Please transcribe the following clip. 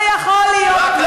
לא יכול להיות,